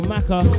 Maka